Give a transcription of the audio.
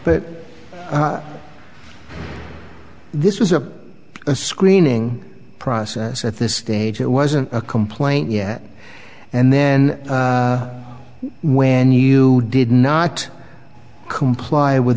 but this was a screening process so at this stage it wasn't a complaint yet and then when you did not comply with